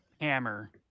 hammer